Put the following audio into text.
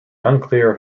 unclear